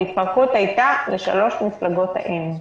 ההתפרקות הייתה לשלוש מפלגות האם.